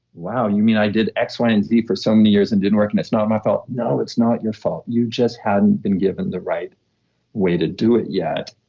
wow, you mean i did x, y, and z for so many years and didn't work and it's not my fault? no, it's not your fault. you just hadn't been given the right way to do it yet.